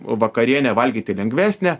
vakarienę valgyti lengvesnę